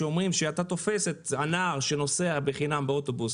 אומרים שאתה תופס את הנער שנוסע בחינם באוטובוס